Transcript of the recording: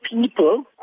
people